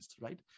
Right